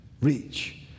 reach